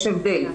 יש הבדל.